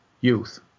youth